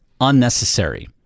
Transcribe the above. unnecessary